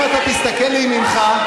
אם אתה תסתכל לימינך,